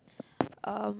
um